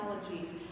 technologies